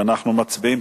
ואנחנו מצביעים,